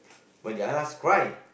when did I last cry